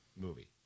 movie